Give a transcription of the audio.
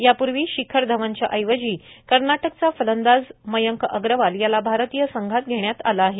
यापूर्वी शिखर धवनच्या ऐवजी कर्नाटकचा फलंदाज मयंक अग्रवाल याला भारतीय संघात घेण्यात आलं आहे